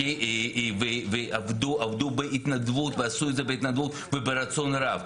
עבדו בהתנדבות וברצון רב,